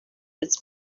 its